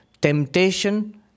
Temptation